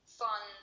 fun